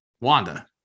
Wanda